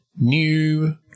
New